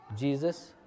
Jesus